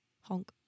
Honk